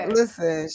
listen